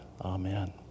Amen